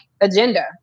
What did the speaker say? agenda